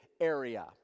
area